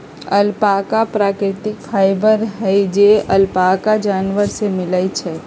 alpaca प्राकृतिक fibre हई जे अल्पाका जानवर से मिलय छइ